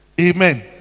Amen